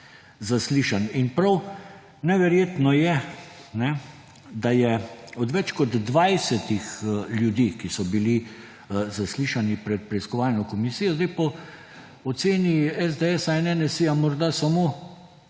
zaslišanj. Prav neverjetno je, da je od več kot 20 ljudi, ki so bili zaslišani pred preiskovalno komisijo, po oceni SDS in NSi morda samo